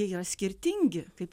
yra skirtingi kaip